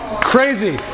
crazy